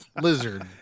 lizard